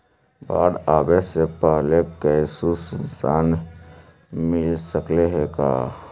बाढ़ आवे से पहले कैसहु सुचना मिल सकले हे का?